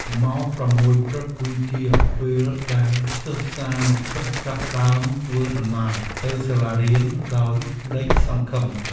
ម៉ោង៦ព្រឹកគឺជាពេលដែលសិស្សានុសិស្សចាប់ផ្តើមធ្វើដំណើរទៅសាលារៀនដោយក្តីសង្ឃឹម។